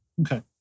Okay